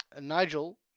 Nigel